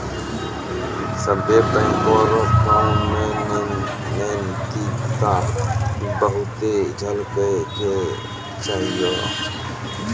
सभ्भे बैंक रो काम मे नैतिकता बहुते झलकै के चाहियो